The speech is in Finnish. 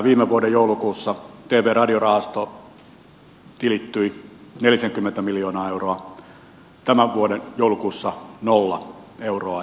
viime vuoden joulukuussa tv ja radiorahastoon tilittyi nelisenkymmentä miljoonaa euroa tämän vuoden joulukuussa nolla euroa